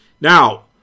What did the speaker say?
Now